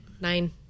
Nine